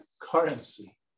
currency